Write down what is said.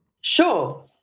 Sure